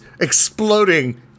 exploding